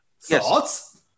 thoughts